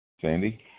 Sandy